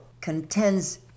contends